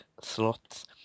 slots